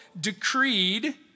decreed